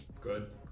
Good